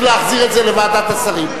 צריך להחזיר את זה לוועדת השרים.